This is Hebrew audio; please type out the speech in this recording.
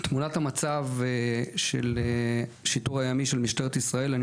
תמונת המצב של השיטור הימי של משטרת ישראל אני